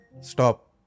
stop